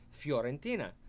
Fiorentina